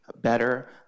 better